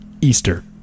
Easter